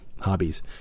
hobbies